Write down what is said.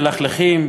מלכלכים,